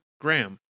graham